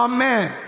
Amen